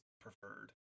preferred